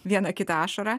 vieną kitą ašarą